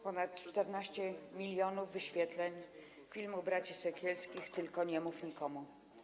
Ponad 14 mln wyświetleń filmu braci Sekielskich „Tylko nie mów nikomu”